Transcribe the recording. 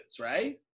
right